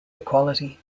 equality